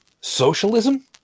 socialism